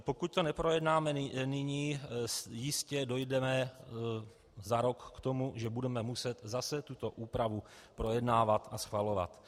Pokud to neprojednáme nyní, jistě dojdeme za rok k tomu, že budeme muset zase tuto úpravu projednávat a schvalovat.